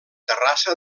terrassa